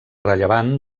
rellevant